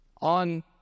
On